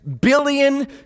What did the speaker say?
billion